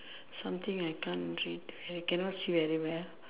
something I can't read I cannot see very well